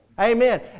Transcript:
Amen